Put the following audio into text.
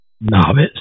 novice